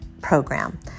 program